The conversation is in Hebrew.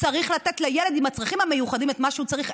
צריך לתת לילד עם הצרכים המיוחדים את מה שהוא צריך,